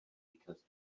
because